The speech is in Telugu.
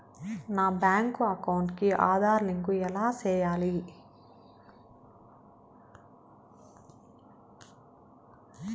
నా బ్యాంకు అకౌంట్ కి ఆధార్ లింకు ఎలా సేయాలి